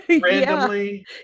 randomly